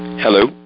Hello